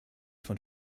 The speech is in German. von